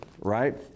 right